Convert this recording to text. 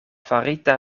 farita